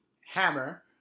hammer